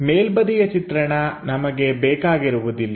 ಮೇಲ್ಬದಿಯ ಚಿತ್ರಣ ನಮಗೆ ಬೇಕಾಗಿರುವುದಿಲ್ಲ